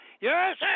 Yes